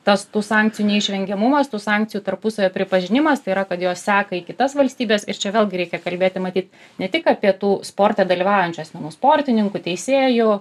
tas tų sankcijų neišvengiamumas tų sankcijų tarpusavio pripažinimas tai yra kad juos seka į kitas valstybes ir čia vėlgi reikia kalbėti matyt ne tik apie tų sporte dalyvaujančių asmenų sportininkų teisėjų